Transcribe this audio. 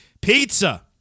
Pizza